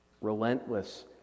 Relentless